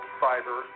fiber